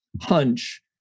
hunch